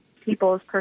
people's